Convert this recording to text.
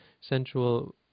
sensual